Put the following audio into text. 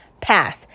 pass